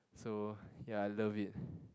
so ya I love it